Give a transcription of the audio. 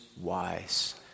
wise